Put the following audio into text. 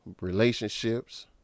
relationships